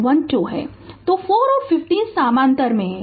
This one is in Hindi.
तो 4 और 15 समानांतर में हैं